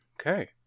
Okay